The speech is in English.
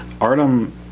Artem